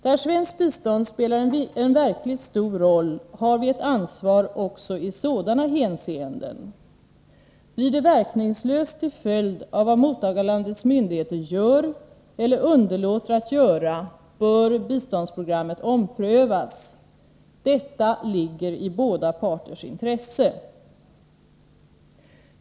Där svenskt bistånd spelar en verkligt stor roll har vi ett ansvar också i sådana hänseenden. Blir det verkningslöst till följd av vad mottagarlandets myndigheter gör eller underlåter att göra, bör biståndsprogrammet omprövas. Detta ligger i båda parters intresse.